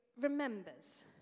remembers